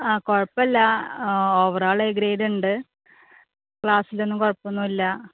ആ കുഴപ്പമില്ല ആ ഓവർഓൾ എ ഗ്രേഡ് ഉണ്ട് ക്ലാസ്സിലൊന്നും കുഴപ്പമൊന്നുമില്ല